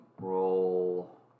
roll